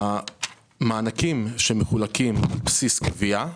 המענקים שמחולקים על בסיס גבייה,